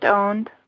owned